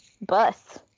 bus